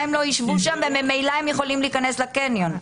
הם לא ישבו שם וממילא הם יכולים להיכנס לקניון.